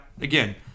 again